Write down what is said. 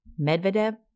Medvedev